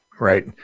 Right